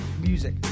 music